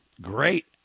Great